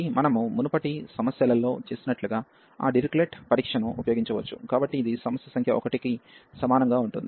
కాబట్టి మనము మునుపటి సమస్యలలో చేసినట్లుగా ఆ డిరిచ్లెట్ పరీక్ష ను ఉపయోగించవచ్చు కాబట్టి ఇది సమస్య సంఖ్య 1 కు సమానంగా ఉంటుంది